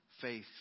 faith